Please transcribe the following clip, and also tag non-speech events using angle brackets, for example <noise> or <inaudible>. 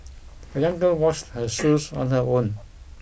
<noise> the young girl washed her shoes on her own